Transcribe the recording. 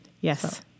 Yes